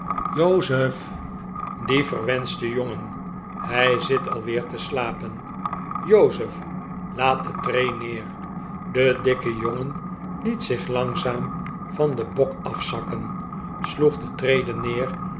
jozef die verwenschte jongen hij zit al weer te slapen jozef laat de tree neer de dikke jongen liet zich langzaam van den bok afzakken sloeg de trede neer